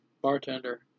Bartender